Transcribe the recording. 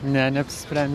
ne neapsisprendę